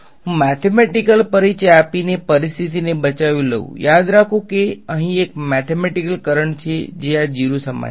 હું મેથેમેટીકલી પરિચય આપીને પરિસ્થિતિને બચાવી લઉં યાદ રાખો કે અહીં એક મેથીમેટીકલ કરંટ છે જે આ 0 સમાન છે